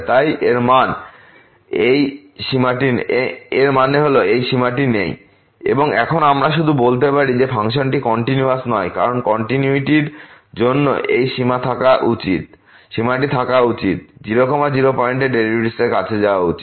তাই এর মানে হল এই সীমাটি নেই এবং এখন আমরা শুধু বলতে পারি যে ফাংশনটি কন্টিনিউয়াস নয় কারণ কন্টিনিউয়িটির জন্য এই সীমাটি থাকা উচিত এবং 0 0 পয়েন্টে ডেরিভেটিভের কাছে যাওয়া উচিত